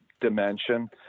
dimension